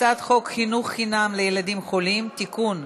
הצעת חוק חינוך חינם לילדים חולים (תיקון,